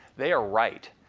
they are right.